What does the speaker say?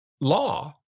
law